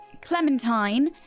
Clementine